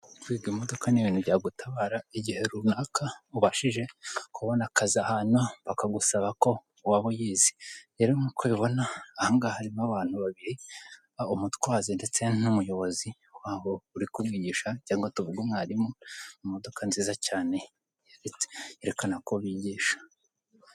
Kwiga imodoka n'ibintu byagutabara igihe runaka ubashije kubona akazi ahantu bakagusaba ko waba uyizi. Rero nk'uko ubibona, ahangaha harimo abantu babiri umutwazI ndetse n'umuyobozi wabo uri kumwigisha, cyangwa tuvuge umwarimu imodoka nziza cyane, yerekana ko bigisha.